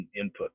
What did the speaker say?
input